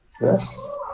Yes